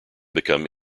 become